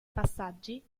passaggi